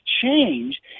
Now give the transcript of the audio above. change